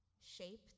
shape